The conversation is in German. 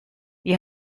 wie